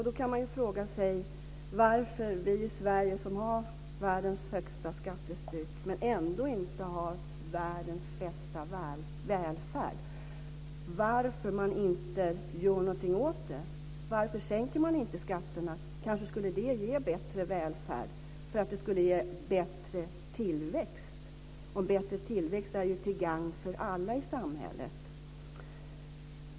Då kan man fråga sig varför vi i Sverige som har världens högsta skattetryck ändå inte har världens bästa välfärd. Varför gör man inte någonting åt det? Varför sänker man inte skatterna? Kanske skulle det ge bättre välfärd och bättre tillväxt. Bättre tillväxt är till gagn för alla i samhället.